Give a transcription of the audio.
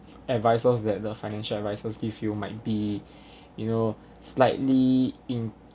advisers that the financial advisers give you might be you know slightly